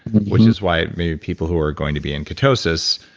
which is why maybe people who are going to be in ketosis,